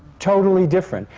totally different,